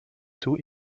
tout